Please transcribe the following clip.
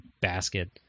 basket